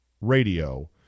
Radio